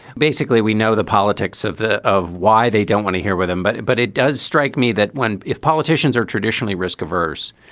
basically, we know the politics of of why they don't want to hear with him. but but it does strike me that when if politicians are traditionally risk averse,